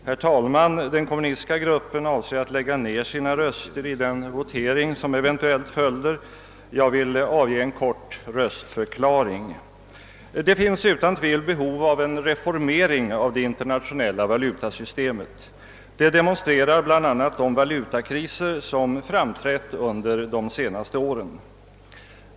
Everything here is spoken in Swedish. Herr talman! Den kommunistiska gruppen avser att lägga ned sina röster i den votering som eventuellt följer. Jag vill avge en kort röstförklaring. Det finns utan tvivel behov av en reformering av det internationella valutasystemet. Det demonstrerar bl.a. de valutakriser som under de senaste åren uppstått.